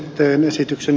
teemme esityksen